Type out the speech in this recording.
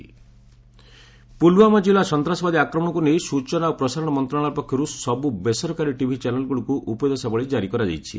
terror attack Pulwama ଜିଲ୍ଲା ସନ୍ତାସବାଦୀ ଆକ୍ରମଣକୁ ନେଇ ସୂଚନା ଓ ପ୍ରସାରଣ ମନ୍ତ୍ରଣାଳୟ ପକ୍ଷରୁ ସବୁ ବେସରକାରୀ ଟିଭି ଚ୍ୟାନେଲ୍ଗୁଡ଼ିକୁ ଉପଦେଶାବଳୀ ଜାରି କରାଯାଇଛି